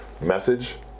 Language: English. message